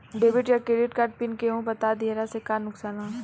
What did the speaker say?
Debit या credit card pin केहूके बता दिहला से का नुकसान ह?